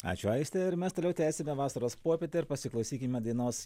ačiū aiste ir mes toliau tęsiame vasaros puopietę ir pasiklausykime dainos